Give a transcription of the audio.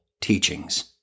teachings